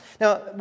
Now